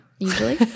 usually